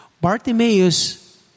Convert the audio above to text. Bartimaeus